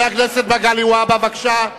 שעמדת הממשלה בהצעת החוק הזאת תהיה,